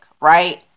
right